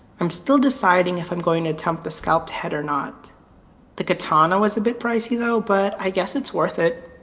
i'm still deciding if i'm going to attempt the scalped head or not the katana was a bit pricey though, but i guess it's worth it.